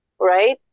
right